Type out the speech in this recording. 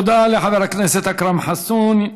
תודה לחבר הכנסת אכרם חסון.